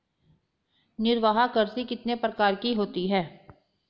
निर्वाह कृषि कितने प्रकार की होती हैं?